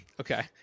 Okay